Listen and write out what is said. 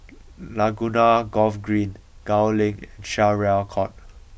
Laguna Golf Green Gul Link Syariah Court